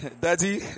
daddy